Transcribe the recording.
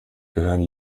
gehören